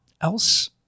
Else